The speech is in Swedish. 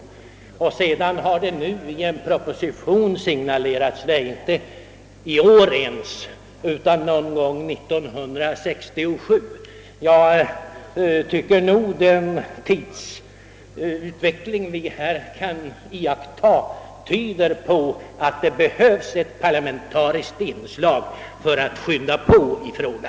Sedan dess har det nu i en proposition aviserats att detta inte ens skall föreläggas riksdagen i år, utan komma någon gång 1967. Jag tycker nog att den tidsutveckling, som vi kunnat iakttaga, tyder på att det behövs ett parlamentariskt inslag för att påskynda denna fråga.